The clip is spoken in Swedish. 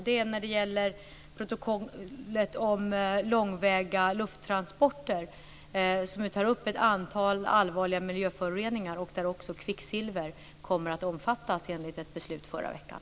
Det gäller protokollet om långväga lufttransporter som tar upp ett antal allvarliga miljöföroreningar och där kvicksilver kommer att omfattas enligt ett beslut i förra veckan.